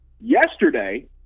Yesterday